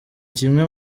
kimwe